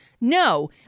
No